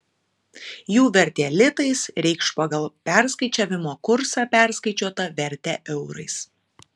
jų vertė litais reikš pagal perskaičiavimo kursą perskaičiuotą vertę eurais